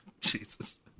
Jesus